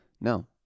No